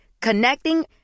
Connecting